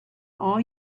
all